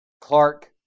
Clark